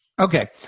Okay